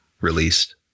released